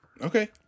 okay